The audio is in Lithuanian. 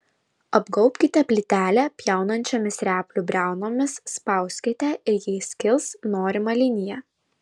apgaubkite plytelę pjaunančiomis replių briaunomis spauskite ir ji skils norima linija